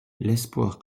l’espoir